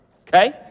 Okay